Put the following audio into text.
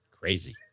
Crazy